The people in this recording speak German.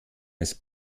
ist